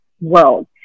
world